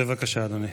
בבקשה, אדוני.